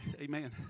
Amen